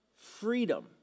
freedom